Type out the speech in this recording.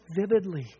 vividly